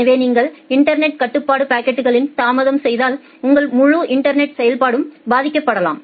எனவே நீங்கள் இன்டர்நெட் கட்டுப்பாட்டு பாக்கெட்களில் தாமதம் செய்தால் உங்கள் முழு இன்டர்நெட் செயல்பாடும் பாதிக்கப்படலாம்